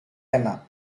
enak